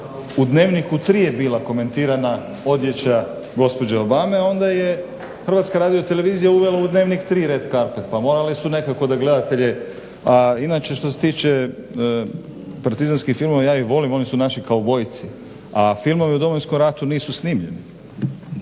u Dnevniku 3 je bila komentirana odjeća gospođe Obame onda je HRT-a unijela u dnevnik 3 Red carpet, pa morali su nekako da gledatelji inače što se tiče partizanskih filmova, ja ih volim oni su naši kaubojci, a filmovi o Domovinskom ratu nisu snimljeni.